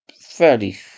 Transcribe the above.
fairly